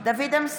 בהצבעה דוד אמסלם,